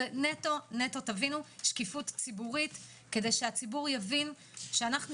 זה שקיפות ציבורית נטו כדי שהציבור יבין שאנחנו